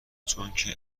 چونکه